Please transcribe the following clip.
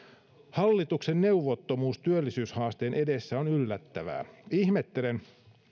hallituksen neuvottomuus työllisyyshaasteen edessä on yllättävää ihmettelen